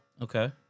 Okay